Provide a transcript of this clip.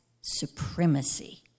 supremacy